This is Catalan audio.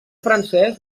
francès